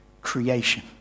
creation